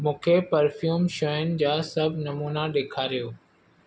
मूंखे परफ़्यूम शयुनि जा सभु नमूना ॾेखारियो